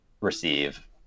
receive